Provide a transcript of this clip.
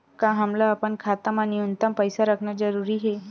का हमला अपन खाता मा न्यूनतम पईसा रखना जरूरी हे?